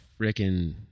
freaking